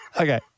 Okay